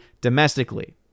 domestically